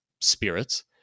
spirits